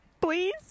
Please